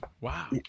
Wow